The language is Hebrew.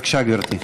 בבקשה, גברתי.